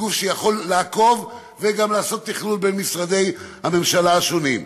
לגוף שיכול לעקוב וגם לעשות תכלול בין משרדי הממשלה השונים.